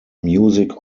music